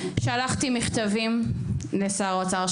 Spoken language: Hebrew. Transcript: שלחתי מכתבים לשר האוצר,